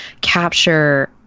capture –